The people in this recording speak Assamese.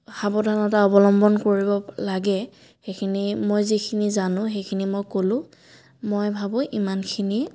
সাৱধানতা অৱলম্বন কৰিব লাগে সেইখিনি মই যিখিনি জানো সেইখিনি মই ক'লোঁ মই ভাবোঁ ইমানখিনি